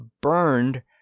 burned